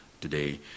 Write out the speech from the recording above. today